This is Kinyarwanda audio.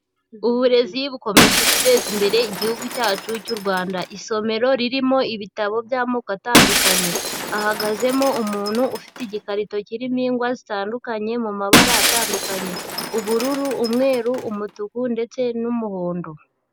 Uburezi bukomeje guteza imbere igihugu cyacu cy'u Rwanda, isomero ririmo ibitabo by'amoko atandukanye, hahagazemo umuntu ufite igikarito kirimo ingwa zitandukanye, mu mabara atandukanye, ubururu, umweru, umutuku, ndetse n'umuhondo.